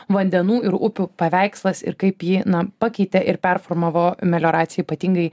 vandenų ir upių paveikslas ir kaip jį na pakeitė ir performavo melioracija ypatingai